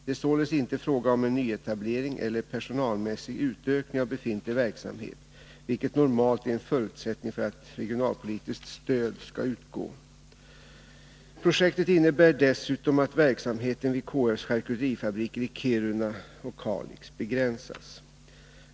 Det är således inte fråga om en nyetablering eller personalmässig utökning av befintlig verksamhet, vilket normalt är en förutsättning för att regionalpolitiskt stöd skall utgå. Projektet innebär dessutom att verksamheten vid KF:s charkuterifabriker i Kiruna och Kalix begränsas.